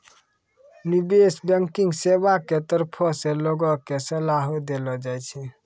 निबेश बैंकिग सेबा के तरफो से लोगो के सलाहो देलो जाय छै